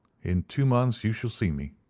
in two months you shall see me.